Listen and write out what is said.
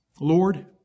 Lord